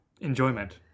enjoyment